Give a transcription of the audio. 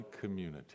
community